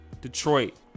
Detroit